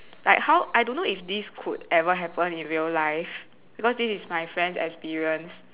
like how I don't know if this could ever happen in real life because this is my friend's experience